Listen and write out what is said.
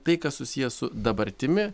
tai kas susiję su dabartimi